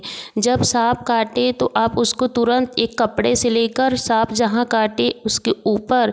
जब साँप काटे तो आप उसको तुरंत एक कपड़े से लेकर साँप जहाँ काटे उसके ऊपर